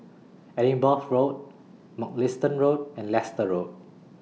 Edinburgh Road Mugliston Road and Leicester Road